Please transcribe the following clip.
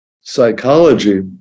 psychology